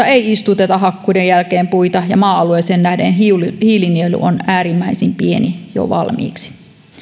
ei istuteta hakkuiden jälkeen puita ja maa alueisiin nähden hiilinielu on äärimmäisen pieni jo valmiiksi